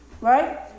Right